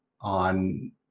on